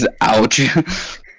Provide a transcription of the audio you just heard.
ouch